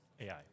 AI